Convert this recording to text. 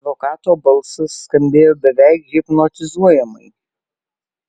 advokato balsas skambėjo beveik hipnotizuojamai